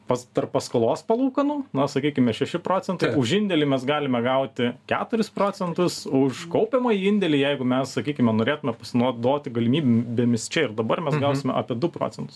pas tarp paskolos palūkanų na sakykime šeši procentai už indėlį mes galime gauti keturis procentus už kaupiamąjį indėlį jeigu mes sakykime norėtume pasinaudoti galimybėmis čia ir dabar mes gausime apie du procentus